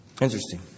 Interesting